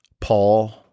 Paul